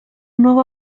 nuovo